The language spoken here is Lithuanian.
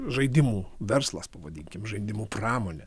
žaidimų verslas pavadinkim žaidimų pramonė